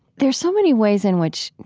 there are so many ways in which,